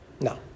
No